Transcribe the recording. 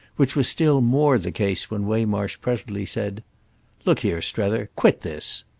which was still more the case when waymarsh presently said look here, strether. quit this.